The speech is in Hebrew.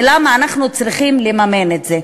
ולמה אנחנו צריכים לממן את זה?